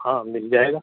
ہاں مل جائے گا